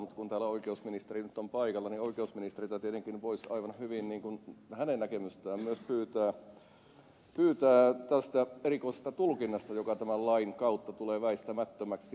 mutta kun täällä oikeusministeri nyt on paikalla niin oikeusministeriltä tietenkin voisi aivan hyvin hänen näkemystään myös pyytää tästä erikoisesta tulkinnasta joka tämän lain kautta tulee väistämättömäksi